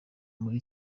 muri